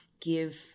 give